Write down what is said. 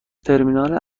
ترمینال